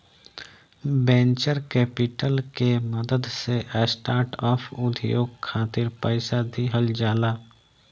venture capital के मदद से स्टार्टअप उद्योग खातिर पईसा दिहल जाला